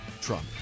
Trump